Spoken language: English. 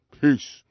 Peace